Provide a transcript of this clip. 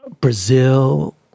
Brazil